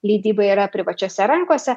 leidyba yra privačiose rankose